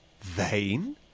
Vain